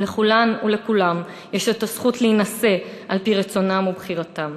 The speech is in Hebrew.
לכולם ולכולן יש הזכות להינשא על-פי רצונם ובחירתם.